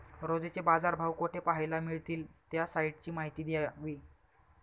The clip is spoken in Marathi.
रोजचे बाजारभाव कोठे पहायला मिळतील? त्या साईटची माहिती द्यावी